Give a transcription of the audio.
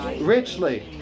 richly